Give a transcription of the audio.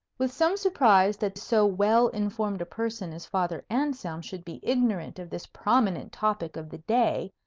with some surprise that so well informed a person as father anselm should be ignorant of this prominent topic of the day,